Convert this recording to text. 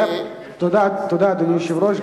תודה, אדוני היושב-ראש.